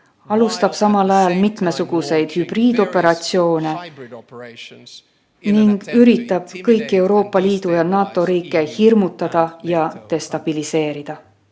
alustab samal ajal mitmesuguseid hübriidoperatsioone ning üritab kõiki Euroopa Liidu ja NATO riike hirmutada ja destabiliseerida.